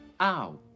Ow